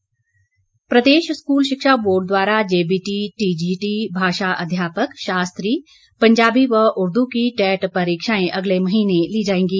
शिक्षा बोर्ड प्रदेश स्कूल शिक्षा बोर्ड द्वारा जेबीटी टीजीटी भाषा अध्यापक शास्त्री पंजाबी व उर्दू की टैट परीक्षाएं अगले महीने ली जाएंगी